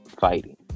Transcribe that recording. fighting